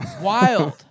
Wild